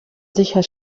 sicher